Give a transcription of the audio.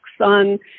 on